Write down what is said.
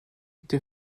der